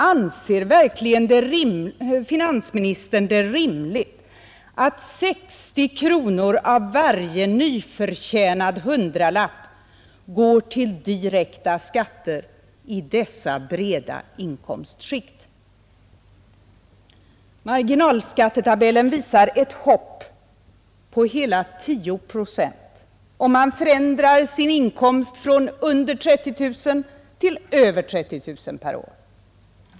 Anser verkligen finansministern det rimligt att 60 kronor av varje nyförtjänad hundralapp går till direkta skatter i dessa breda inkomstskikt? Marginalskattetabellen visar ett hopp på hela 10 procent, om man förändrar sin inkomst från under 30 000 till över 30 000 per år.